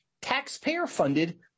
taxpayer-funded